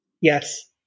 Yes